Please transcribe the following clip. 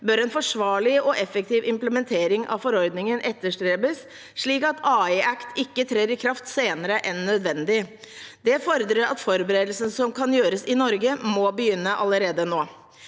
bør en forsvarlig og effektiv implementering av forordningen etterstrebes, slik at AI Act ikke trer i kraft senere enn nødvendig. Det fordrer at forberedelsene som kan gjøres i Norge, må begynne allerede nå.